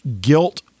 guilt